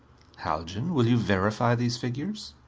haljan, will you verify these figures?